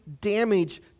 damage